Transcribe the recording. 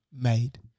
made